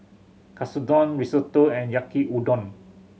Katsudon Risotto and Yaki Udon